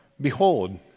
Behold